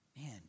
Man